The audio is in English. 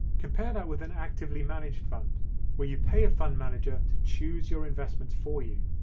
compare that with an actively managed fund where you pay a fund manager to choose your investments for you.